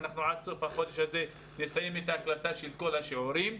עד סוף החודש הזה נסיים את ההקלטה של כל השיעורים.